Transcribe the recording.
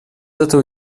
этого